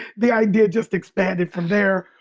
the idea just expanded from there.